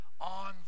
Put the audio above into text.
on